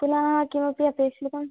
पुनः किमपि अपेक्षितं